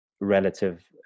relative